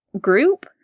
group